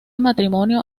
matrimonio